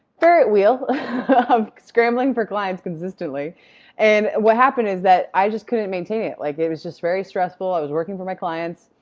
ferret wheel of scrambling for clients consistently and what happened is that i just couldn't maintain it. like it was just very stressful, i was working for my clients,